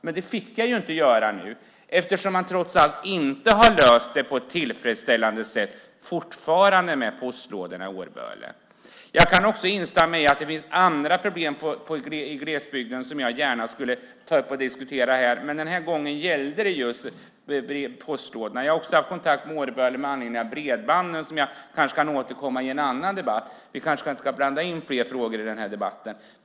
Men det fick jag inte göra nu eftersom man trots allt inte har löst detta med postlådorna i Årböle på ett tillfredsställande sätt. Jag kan också instämma i att det finns andra problem i glesbygden. Dem skulle jag gärna ta upp och diskutera här, men den här gången gällde det just postlådorna. Jag har också haft kontakt med Årböle med anledning av bredbandet, men det kanske jag kan återkomma till i en annan debatt. Vi kanske inte ska blanda in fler frågor i den här debatten.